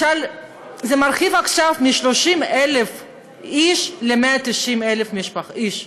מרחיבים עכשיו מ-30,000 איש ל-190,000 איש.